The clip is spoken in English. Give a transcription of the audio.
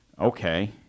Okay